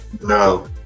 no